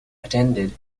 attended